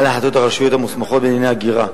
החלטות הרשויות המוסמכות בענייני הגירה,